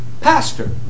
pastor